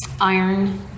Iron